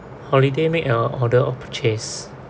holiday make an order or purchase